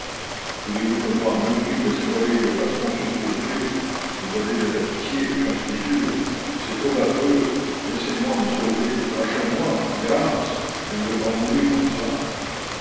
voulez-vous me voir mourir de cette horrible façon sous vos yeux vous avez de la pitié j'en suis sûre c'est trop affreux laissez-moi me sauver lâchez-moi grâce je ne veux pas mourir comme cela